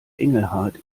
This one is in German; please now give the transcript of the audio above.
engelhart